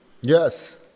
Yes